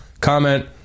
comment